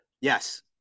Yes